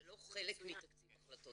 הוא לא חלק מתקציב החלטות